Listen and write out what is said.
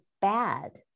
bad